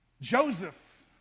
Joseph